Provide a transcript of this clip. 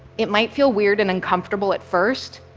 it might feel weird and uncomfortable at first,